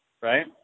right